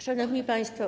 Szanowni Państwo!